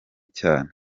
cyane